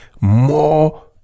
more